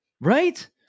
right